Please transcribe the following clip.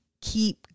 keep